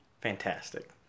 fantastic